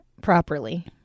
properly